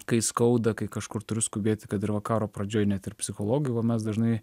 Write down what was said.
kai skauda kai kažkur turiu skubėti kad ir va karo pradžioj net ir psichologai va mes dažnai